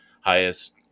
highest